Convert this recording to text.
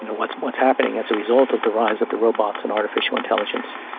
you know what's what's happening as a result of the rise of the robots and artificial intelligence.